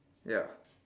ya